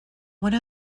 one